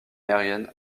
aérienne